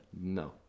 No